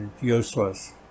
useless